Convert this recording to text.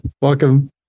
Welcome